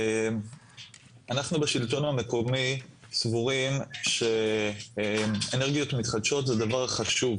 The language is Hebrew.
אנחנו בשלטון המקומי סבורים שאנרגיות מתחדשות זה דבר חשוב.